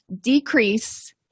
decrease